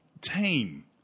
team